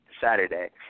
Saturday